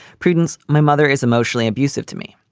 prudence, my mother is emotionally abusive to me.